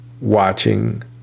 watching